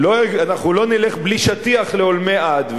אנחנו לא נלך בלי שטיח לעולמי עד,